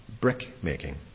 brick-making